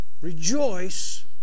Rejoice